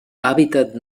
hàbitat